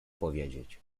powiedzieć